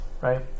right